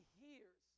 hears